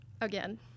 Again